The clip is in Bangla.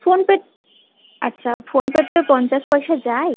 ফোনপে আচ্ছা ফোনপেতে পঞ্চাশ পয়সা যায়